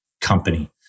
company